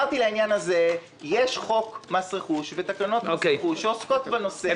על העניין הזה אמרתי: יש חוק מס רכוש ותקנות מס רכוש שעוסקות בנושא.